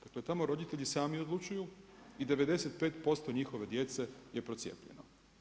Kad tamo roditelji sami odlučuju i 95% njihove djece je procijepljeno.